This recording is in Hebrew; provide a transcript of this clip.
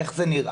איך זה נראה,